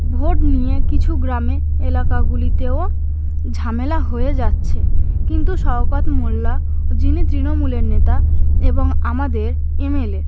vote নিয়ে কিছু গ্রামে এলাকাগুলিতেও ঝামেলা হয়ে যাচ্ছে কিন্তু শওকত মোল্লা যিনি তৃণমূলের নেতা এবং আমাদের এমএলএ